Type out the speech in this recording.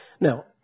Now